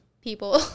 people